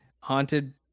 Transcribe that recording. haunted